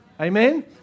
Amen